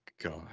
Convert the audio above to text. god